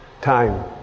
Time